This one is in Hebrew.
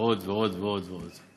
ועוד ועוד ועוד ועוד,